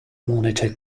monitor